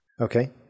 Okay